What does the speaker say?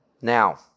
Now